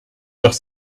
doch